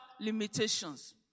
limitations